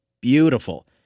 beautiful